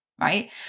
right